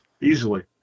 easily